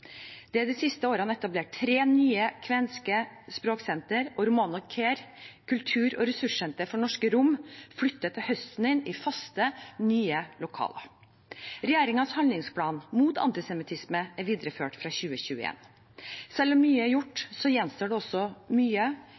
Det er de siste årene etablert tre nye kvenske språksenter, og Romano Kher kultur- og ressurssenter for norske romer flytter til høsten inn i faste, nye lokaler. Regjeringens handlingsplan mot antisemittisme er videreført fra 2021. Selv om mye er gjort, gjenstår det også mye.